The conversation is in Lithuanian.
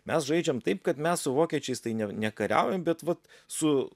mes žaidžiam taip kad mes su vokiečiais tai ne nekariaujam bet vat su